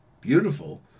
beautiful